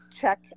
check